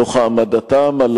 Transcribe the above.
תוך העמדתם על